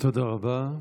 תודה רבה.